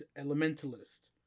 Elementalist